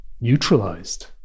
neutralized